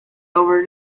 over